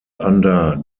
under